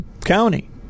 County